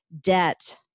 Debt